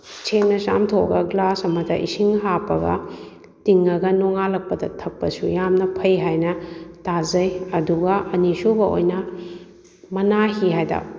ꯁꯦꯡꯅ ꯆꯥꯝꯊꯣꯛꯑꯒ ꯒ꯭ꯂꯥꯁ ꯑꯃꯗ ꯏꯁꯤꯡ ꯍꯥꯞꯄꯒ ꯇꯤꯡꯉꯒ ꯅꯣꯡꯉꯥꯜꯂꯛꯄꯗ ꯊꯛꯄꯁꯨ ꯌꯥꯝꯅ ꯐꯩ ꯍꯥꯏꯅ ꯇꯥꯖꯩ ꯑꯗꯨꯒ ꯑꯅꯤꯁꯨꯕ ꯑꯣꯏꯅ ꯃꯅꯥꯍꯤ ꯍꯥꯏꯗꯅ